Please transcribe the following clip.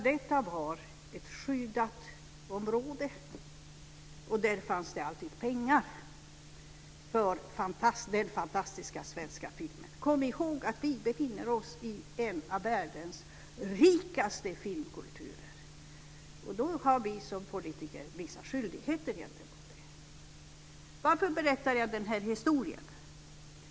Detta var ett skyddat område, och där fanns det alltid pengar för den fantastiska svenska filmen. Kom ihåg att vi befinner oss i en av världens rikaste filmkulturer. Vi som politiker har vissa skyldigheter gentemot det. Varför berättar jag den här historien?